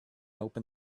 open